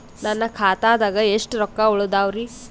ನನ್ನ ಖಾತಾದಾಗ ಎಷ್ಟ ರೊಕ್ಕ ಉಳದಾವರಿ?